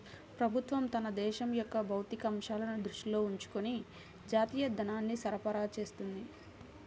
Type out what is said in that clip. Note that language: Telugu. ప్రభుత్వం తన దేశం యొక్క భౌతిక అంశాలను దృష్టిలో ఉంచుకొని జాతీయ ధనాన్ని సరఫరా చేస్తుంది